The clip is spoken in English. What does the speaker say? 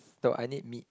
no I need meat